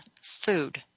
food